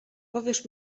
powiesz